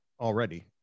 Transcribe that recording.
already